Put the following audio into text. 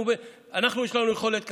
יש לנו יכולת כלכלית,